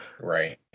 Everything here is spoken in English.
Right